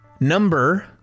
number